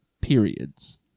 periods